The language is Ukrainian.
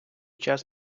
час